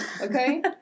okay